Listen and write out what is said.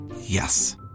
Yes